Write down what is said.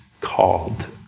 called